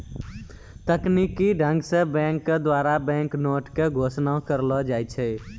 तकनीकी ढंग से बैंक के द्वारा बैंक नोट के घोषणा करलो जाय छै